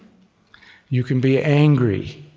you can be angry,